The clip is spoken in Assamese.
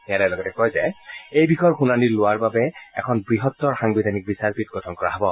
ন্যায়ালয়ে লগতে কয় যে এই বিষয়ৰ শুনানি লোৱাৰ বাবে এখন বৃহত্তৰ সাংবিধানিক বিচাৰ পীঠ গঠন কৰা হ'ব